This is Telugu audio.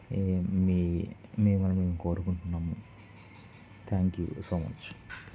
మీ మే మేము కోరుకుంటున్నాము థ్యాంక్ యూ సో మచ్